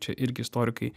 čia irgi istorikai